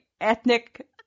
ethnic